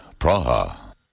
Praha